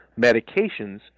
medications